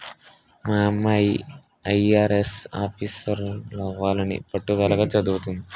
మా అమ్మాయి ఐ.ఆర్.ఎస్ ఆఫీసరవ్వాలని పట్టుదలగా చదవతంది